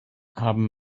haben